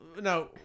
no